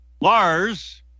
Lars